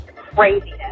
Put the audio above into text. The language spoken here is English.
Craziness